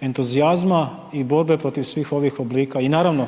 entuzijazma i borbe protiv svih oblika. I naravno,